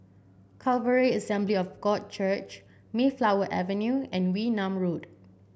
Calvary Assembly of God Church Mayflower Avenue and Wee Nam Road